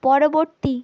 পরবর্তী